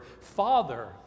Father